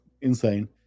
insane